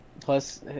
Plus